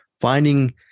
finding